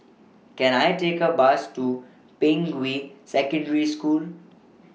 Can I Take A Bus to Ping We Secondary School